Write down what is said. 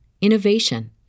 innovation